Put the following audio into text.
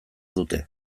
dute